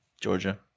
Georgia